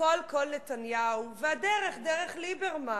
הקול קול נתניהו והדרך דרך ליברמן.